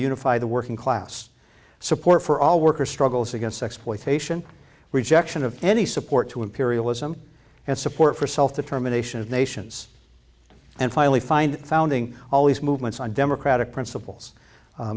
unify the working class support for all workers struggles against exploitation rejection of any support to imperialism and support for self determination of nations and finally find founding all these movements on democratic principles